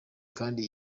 kandi